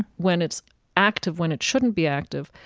when it's active when it shouldn't be active,